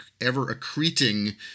ever-accreting